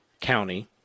county